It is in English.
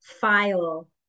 file